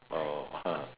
oh